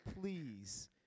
please